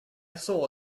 saw